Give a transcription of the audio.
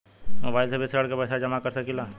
Mobile से भी ऋण के पैसा जमा कर सकी ला?